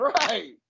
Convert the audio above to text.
Right